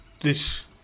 This-